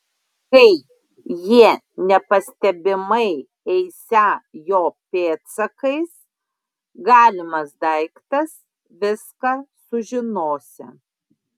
kai jie nepastebimai eisią jo pėdsakais galimas daiktas viską sužinosią